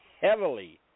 heavily